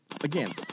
Again